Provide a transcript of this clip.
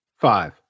Five